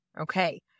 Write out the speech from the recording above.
Okay